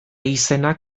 izena